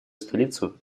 столицу